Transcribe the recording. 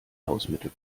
hausmittel